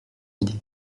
idée